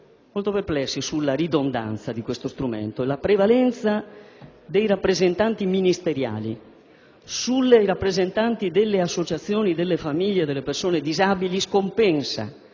molto perplessi sulla ridondanza di questo strumento, e la prevalenza al suo interno dei rappresentanti ministeriali su quelli delle associazioni e delle famiglie delle persone disabili scompensa